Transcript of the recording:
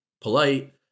polite